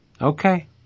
Okay